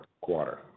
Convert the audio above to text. quarter